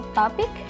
topic